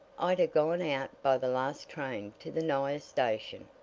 i'd ha' gone out by the last train to the nighest station,